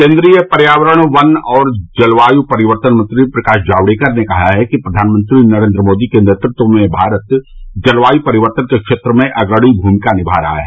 केन्द्रीय पर्यावरण वन और जलवायु परिवर्तन मंत्री प्रकाश जावड़ेकर ने कहा है कि प्रधानमंत्री नरेन्द्र मोदी के नेतृत्व में भारत जलवायु परिवर्तन के क्षेत्र में अग्रणी भूमिका निभा रहा है